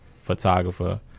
photographer